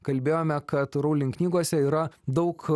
kalbėjome kad rowling knygose yra daug